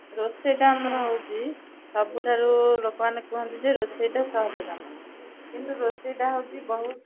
ରୋଷେଇଟା ଆମର ହେଉଛି ସବୁଠାରୁ ଲୋକମାନେ କୁହନ୍ତି ଯେ ରୋଷେଇଟା ସହଜ ନାମ କିନ୍ତୁ ରୋଷେଇଟା ହେଉଛି ବହୁତ